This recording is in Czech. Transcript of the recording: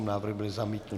Návrh byl zamítnut.